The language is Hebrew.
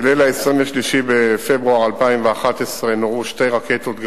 בליל 23 בפברואר 2011 נורו שתי רקטות "גראד"